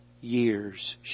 years